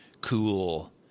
cool